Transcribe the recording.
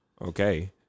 okay